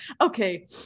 okay